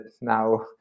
now